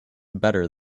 better